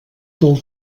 del